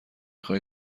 خواهی